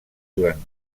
durant